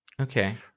Okay